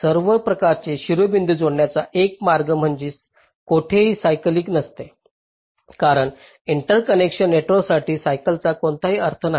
सर्व प्रकारचे शिरोबिंदू जोडण्याचा एक मार्ग म्हणजे कोठेही सायकल नसते कारण इंटरकनेक्शन नेटवर्कसाठी सायकलचा कोणताही अर्थ नाही